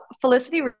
felicity